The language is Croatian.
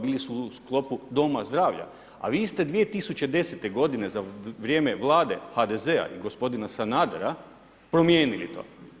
Bili su u sklopu doma zdravlja, a Vi ste 2010. godine, za vrijeme vlade HDZ-a i gospodina Sanadera promijenili to.